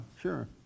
sure